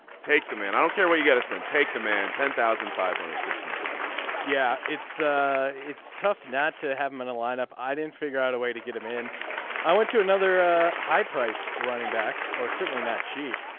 take the man. i don't care what you get to spend take the man ten thousand five hundred christian mccaffrey yeah it's it's tough not to have him in a lineup i didn't figure out a way to get him in i went to another a high price running back or certainly not cheap.